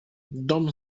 dom